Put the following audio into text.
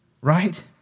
right